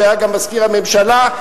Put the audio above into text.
שהיה גם מזכיר הממשלה,